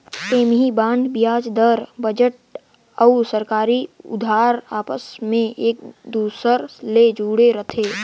ऐम्हें बांड बियाज दर, बजट अउ सरकारी उधार आपस मे एक दूसर ले जुड़े रथे